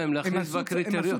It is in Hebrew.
הציעו להם להכניס בקריטריונים,